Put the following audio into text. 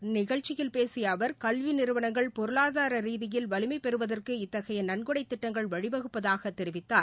இந்நிகழ்ச்சியில் பேசிய அவர் கல்வி நிறுவனங்கள் பொருளாதார ரீதியில் வலிமை பெறுவதற்கு இத்தகைய நன்கொடை திட்டங்கள் வழிவகுப்பதாக தெரிவித்தார்